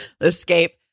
escape